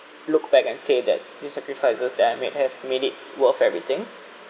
look back and say that the sacrifices that I make have made it worth everything